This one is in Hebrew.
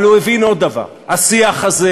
אבל הוא הבין עוד דבר: השיח הזה,